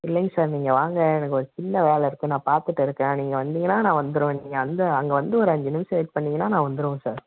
இல்லைங்க சார் நீங்கள் வாங்க எனக்கு ஒரு சின்ன வேலை இருக்கு நான் பார்த்துட்டு இருக்கேன் நீங்கள் வந்தீங்கன்னா நான் வந்துருவேன் நீங்கள் வந்து அங்கே வந்து ஒரு அஞ்சு நிமிடம் வெயிட் பண்ணீங்கன்னா நான் வந்துருவேன் சார்